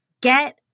get